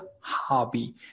hobby